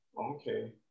Okay